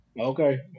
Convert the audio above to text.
Okay